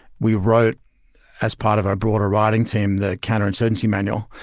we wrote as part of our broader writing team, the counterinsurgency manual,